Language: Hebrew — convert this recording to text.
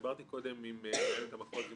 דיברתי קודם עם מנהלת המחוז,